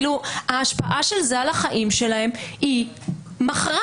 ההשפעה של זה על החיים שלהן היא מכרעת.